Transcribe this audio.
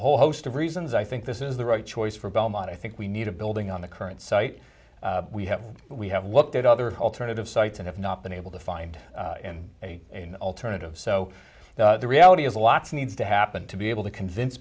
whole host of reasons i think this is the right choice for belmont i think we need a building on the current site we have but we have looked at other alternative sites and have not been able to find a alternative so the reality is a lot's needs to happen to be able to convince